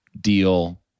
deal